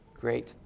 great